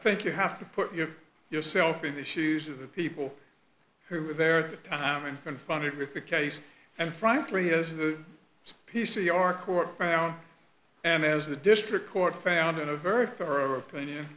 think you have to put yourself in the shoes of the people who were there at the time and confronted with the case and frankly as the p c r court found and as the district court found in a very thorough opinion